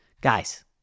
Guys